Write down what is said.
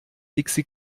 dixi